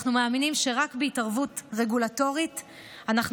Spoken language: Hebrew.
אנחנו מאמינים שרק בהתערבות רגולטורית אנחנו